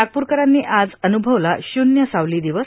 नागपूरकरांनी आज अनुभवला शून्य सावली दिवस